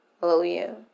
hallelujah